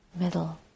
middle